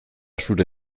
zure